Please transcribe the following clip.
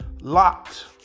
locked